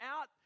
out